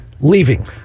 leaving